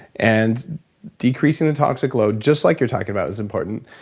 and decreasing the toxic load just like you're talking about, is important.